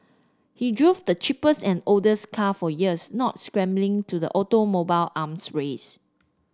he drove the cheapest and oldest car for years not succumbing to the automobile arms race